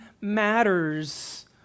matters